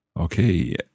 Okay